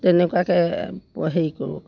তেনেকুৱাকৈ হেৰি কৰোঁ